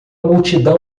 multidão